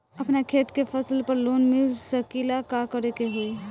अपना खेत के फसल पर लोन मिल सकीएला का करे के होई?